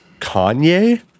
Kanye